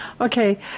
Okay